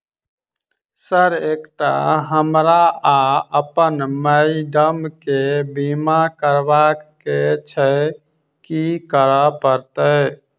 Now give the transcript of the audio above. Sir एकटा हमरा आ अप्पन माइडम केँ बीमा करबाक केँ छैय की करऽ परतै?